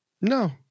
No